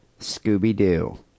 Scooby-Doo